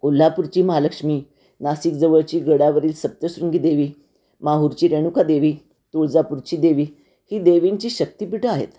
कोल्हापूरची महालक्ष्मी नाशिक जवळची गडावरील सप्तशृंगी देवी माहूरची रेणुका देवी तुळजापूरची देवी ही देवींची शक्तिपीठं आहेत